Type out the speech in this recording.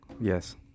Yes